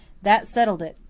that settled it.